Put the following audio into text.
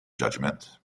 judgement